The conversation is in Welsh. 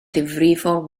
ddifrifol